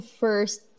first